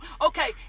Okay